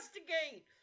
investigate